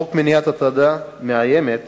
חוק מניעת הטרדה מאיימת